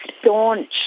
staunch